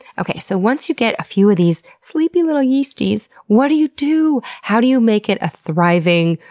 okay, so once you get a few of these sleepy little yeasties, what do you do? how do you make it a thriving,